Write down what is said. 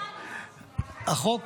החוק